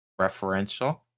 Referential